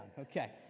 Okay